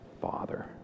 father